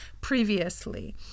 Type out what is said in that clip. previously